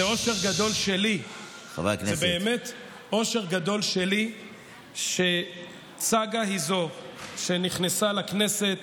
זה באמת אושר גדול שלי שצגה היא זו שנכנסה לכנסת